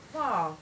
!wow!